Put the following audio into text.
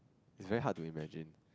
is very hard to imagine